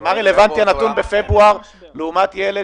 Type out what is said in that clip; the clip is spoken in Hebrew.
מה רלוונטי הנתון בפברואר אם יש ילד